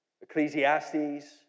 Ecclesiastes